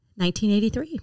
1983